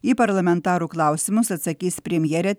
į parlamentarų klausimus atsakys premjerė